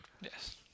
Yes